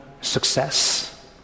success